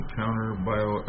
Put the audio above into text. counter-bio